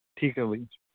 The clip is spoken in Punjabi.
ਠੀਕ ਹੈ ਬਾਈ